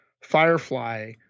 Firefly